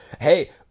hey